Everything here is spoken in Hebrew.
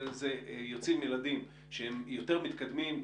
יוצאים ילדים שהם יותר מתקדמים.